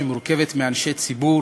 שמורכבת מאנשי ציבור